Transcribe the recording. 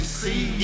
see